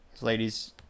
Ladies